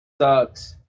Sucks